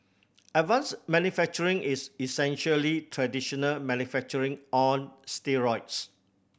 advanced manufacturing is essentially traditional manufacturing on steroids